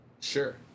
Sure